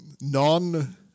Non